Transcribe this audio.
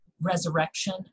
resurrection